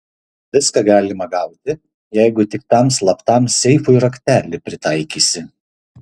viską galima gauti jeigu tik tam slaptam seifui raktelį pritaikysi